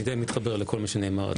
ואני די מתחבר לכל מה שנאמר עד עכשיו.